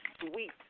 sweet